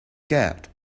cat